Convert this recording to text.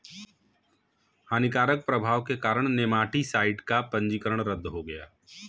हानिकारक प्रभाव के कारण नेमाटीसाइड का पंजीकरण रद्द हो गया